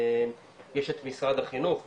יש את משרד החינוך,